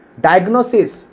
diagnosis